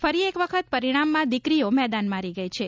ફરી એક વખત પરિણામમાં દિકરીઓ મેદાન મારી ગઇ છે